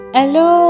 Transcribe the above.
Hello